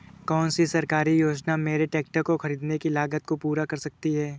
कौन सी सरकारी योजना मेरे ट्रैक्टर को ख़रीदने की लागत को पूरा कर सकती है?